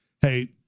Hey